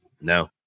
No